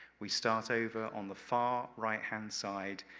we start over on the far right-hand side,